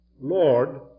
Lord